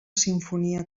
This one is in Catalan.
simfonia